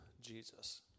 Jesus